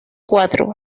cuatro